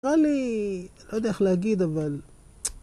‫נראה לי, אני לא יודע איך להגיד, אבל...